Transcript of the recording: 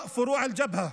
להלן תרגומם: